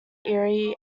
erie